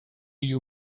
you